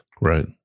Right